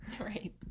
Right